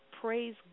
praise